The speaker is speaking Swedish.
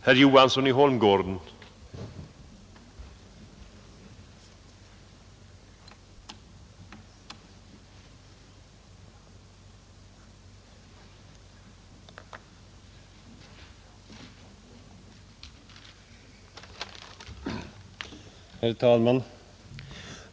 Herr talman!